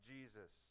Jesus